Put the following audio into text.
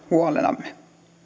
huolenamme